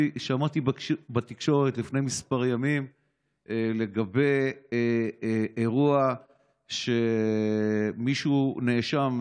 שמעתי בתקשורת לפני כמה ימים לגבי אירוע שמישהו נאשם,